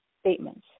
statements